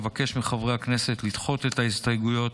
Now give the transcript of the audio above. אבקש מחברי הכנסת לדחות את ההסתייגויות